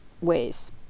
ways